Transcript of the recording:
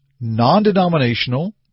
non-denominational